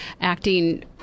acting